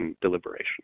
deliberation